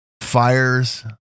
fires